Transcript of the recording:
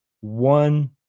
one